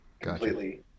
completely